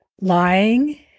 lying